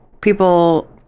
People